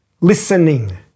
listening